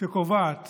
שקובעת